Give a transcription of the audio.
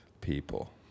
people